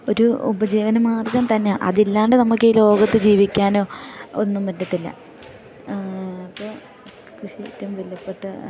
ഒരു ഉപജീവന മാർഗ്ഗം തന്നെയാണ് അതില്ലാണ്ട് നമുക്ക് ഈ ലോകത്ത് ജീവിക്കാനോ ഒന്നും പറ്റത്തില്ല അപ്പം കൃഷി ഏറ്റവും വിലപ്പെട്ട